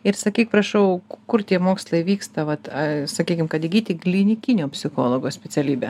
ir sakyk prašau kur tie mokslai vyksta vat sakykim kad įgyti klinikinio psichologo specialybę